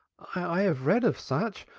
i have read of such.